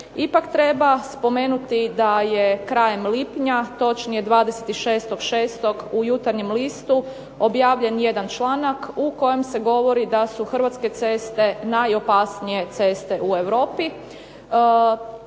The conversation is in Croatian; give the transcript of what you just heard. ipak treba spomenuti da je krajem lipnja, točnije 26.6. u "Jutarnjem listu" objavljen jedan članak u kojem se govori da u hrvatske ceste najopasnije ceste u Europi.